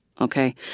Okay